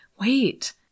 wait